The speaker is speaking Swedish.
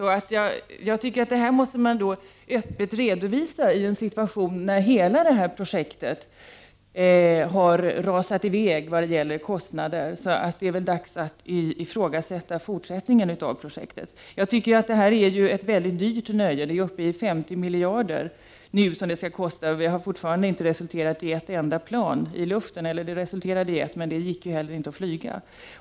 Detta måste man öppet redovisa i en situation när hela projektets kostnader har rusat i väg. Det är dags att ifrågasätta fortsättningen av projektet. Jag tycker att detta är ett mycket dyrt nöje. Det sägs nu komma att kosta 50 miljarder, och det har fortfarande inte resulterat i ett enda plan i luften. Det resulterade i ett, men det gick inte heller att flyga.